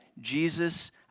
Jesus